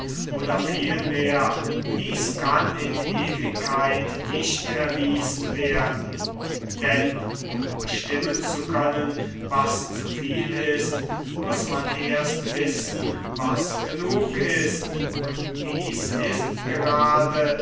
oder vielmehr dies kann in ewigkeit nicht erwiesen werden denn um bestimmen zu können was zu viel ist muß man erst wissen was genug ist und dies ist gerade